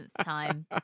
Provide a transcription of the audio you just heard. time